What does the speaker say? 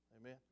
amen